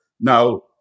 Now